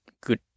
Good